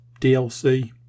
DLC